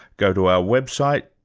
go to our website.